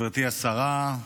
גברתי השרה,